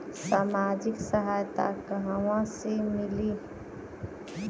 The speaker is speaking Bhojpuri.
सामाजिक सहायता कहवा से मिली?